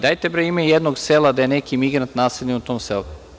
Dajte ime jednog sela da je neki migrant naseljen u tom selu.